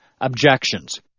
objections